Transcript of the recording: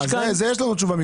על זה יש לנו את התשובה.